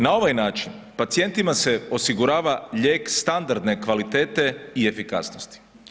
Na ovaj način pacijentima se osigurava lijek standardne kvalitete i efikasnosti.